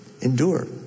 endure